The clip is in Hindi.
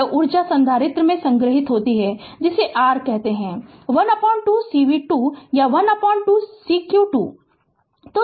यह ऊर्जा संधारित्र में संग्रहीत होती है जिसे r कहते हैं 12 cv 2 या 12 c q 2